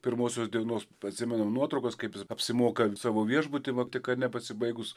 pirmosios dienos atsimenam nuotraukas kaip apsimoka savo viešbutį vatikane pasibaigus